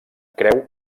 creu